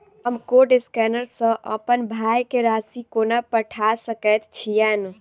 हम code scanner सँ अप्पन भाय केँ राशि कोना पठा सकैत छियैन?